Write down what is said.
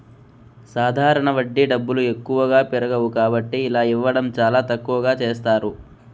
సాధారణ వడ్డీ డబ్బులు ఎక్కువగా పెరగవు కాబట్టి ఇలా ఇవ్వడం చాలా తక్కువగా చేస్తారు